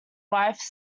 wife